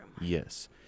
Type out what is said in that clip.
Yes